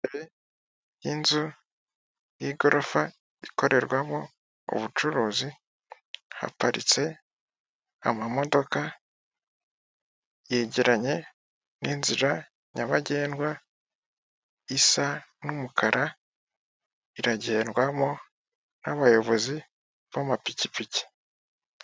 Imbere y'inzu y'igorofa ikorerwamo ubucuruzi, haparitse amamodoka yegeranye n'inzira nyabagendwa, isa n'umukara. Iragendwano n'abayobozi b'amapikipiki.